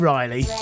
Riley